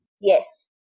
Yes